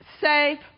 safe